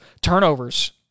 turnovers